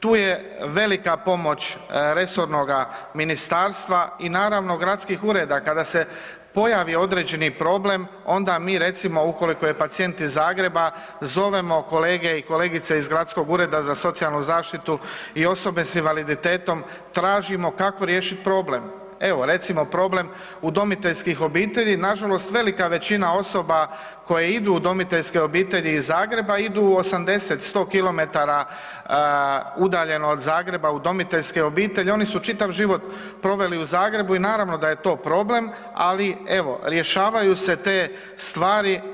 Tu je velika pomoć resornoga ministarstva i naravno gradskih ureda kada se pojavi određeni problem onda mi recimo ukoliko je pacijent iz Zagreba zovemo kolege i kolegice iz Gradskog ureda za socijalnu zaštitu i osobe s invaliditetom, tražimo kako riješiti problem, evo recimo problem udomiteljskih obitelji, nažalost velika većina osoba koje idu u udomiteljske obitelji iz Zagreba idu 80, 100 km udaljeno od Zagreba u udomiteljske obitelji, oni su čitav život proveli u Zagrebu i naravno da je to problem, ali evo rješavaju se te stvari.